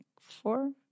four